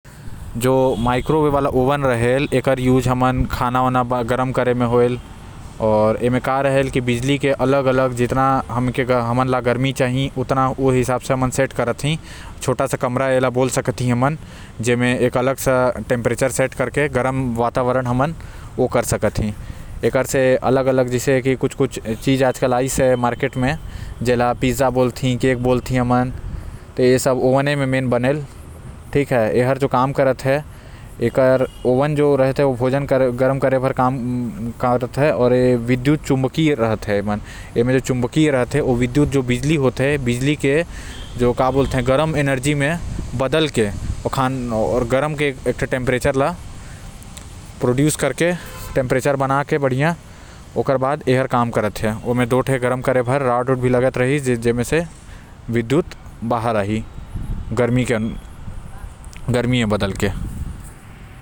जो माइक्रोवेव वाला ओवन रहते ओकर इस्तेमाल हमन खाना गरम करे म करत ही साथ ही साथ केक ल पिज़्ज़ा ल बेक कर सकत। तन आऊ ए ह बिजली से काम करेल ओकर आंच भी खुदे से अंक सकत हस तय। एकर म टेंपरेचर सेट करके एक गरम वातावरण तैयार कर सकत ही।